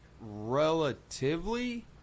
relatively